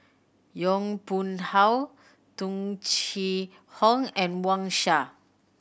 Yong Pung How Tung Chye Hong and Wang Sha